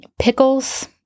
Pickles